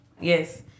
Yes